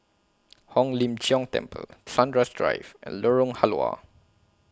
Hong Lim Jiong Temple Sunrise Drive and Lorong Halwa